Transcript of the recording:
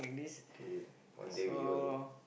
K one day we go and eat